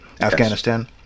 Afghanistan